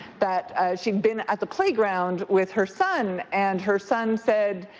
that she been at the playground with her son and her son said